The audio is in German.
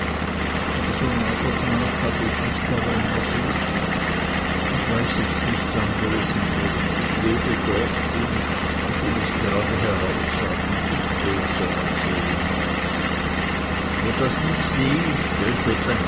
aber so nach und nach habe ich mich darein ergeben ich weiß jetzt nichts anderes mehr und ich lebe doch und ich will es gerade heraus sagen nicht böser als ehemals wo das nit